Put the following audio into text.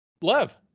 Lev